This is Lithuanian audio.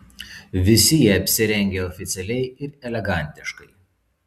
visi jie apsirengę oficialiai ir elegantiškai